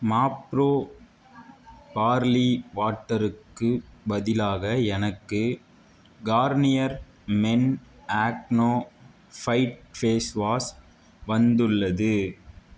Mapro barley வாட்டருக்கு பதிலாக எனக்கு Garnier men acno fight face wash வந்துள்ளது